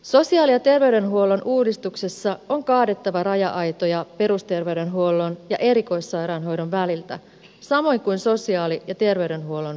sosiaali ja terveydenhuollon uudistuksessa on kaadettava raja aitoja perusterveydenhuollon ja erikoissairaanhoidon väliltä samoin kuin sosiaali ja terveydenhuollon väliltä